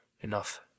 Enough